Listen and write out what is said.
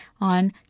on